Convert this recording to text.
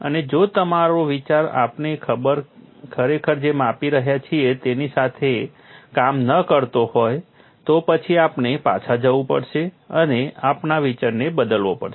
અને જો આપણો વિચાર આપણે ખરેખર જે માપી રહ્યા છીએ તેની સાથે કામ ન કરતો હોય તો પછી આપણે પાછા જવું પડશે અને આપણા વિચારને બદલવો પડશે